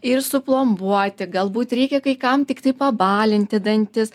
ir suplombuoti galbūt reikia kai kam tiktai pabalinti dantis